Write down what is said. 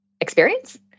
experience